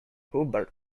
hubbard